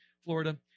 Florida